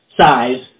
size